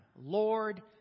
Lord